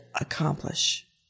accomplish